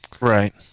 right